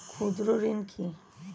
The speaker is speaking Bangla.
ক্ষুদ্র ঋণ কি?